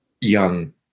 young